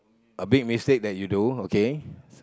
a big mistake that you do okay